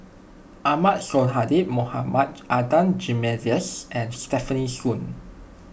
Ahmad Sonhadji Mohamad Adan Jimenez and Stefanie Sun